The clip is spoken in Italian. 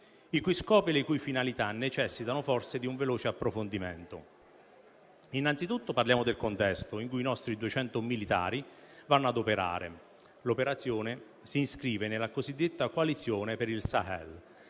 i cui scopi e le cui finalità necessitano forse di un veloce approfondimento. Innanzitutto parliamo del contesto in cui i nostri 200 militari vanno a operare: l'operazione si inscrive nella cosiddetta coalizione per il Sahel,